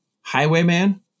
Highwayman